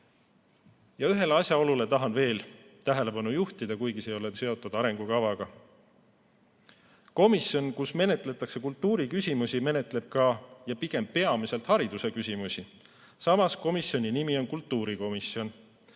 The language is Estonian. Ja ühele asjaolule tahan veel tähelepanu juhtida, kuigi see ei ole seotud arengukavaga. Komisjon, kus menetletakse kultuuriküsimusi, menetleb ühtlasi ja pigem peamiselt hariduseküsimusi. Komisjoni nimi on aga kultuurikomisjon.